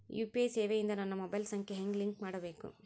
UPI ಸೇವೆ ಇಂದ ನನ್ನ ಮೊಬೈಲ್ ಸಂಖ್ಯೆ ಹೆಂಗ್ ಲಿಂಕ್ ಮಾಡಬೇಕು?